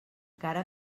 cara